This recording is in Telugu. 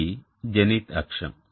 ఇది జెనిత్ అక్షం